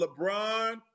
LeBron